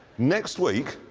next week,